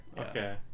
okay